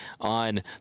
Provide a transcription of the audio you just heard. on